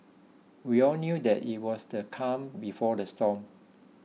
we all knew that it was the calm before the storm